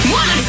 one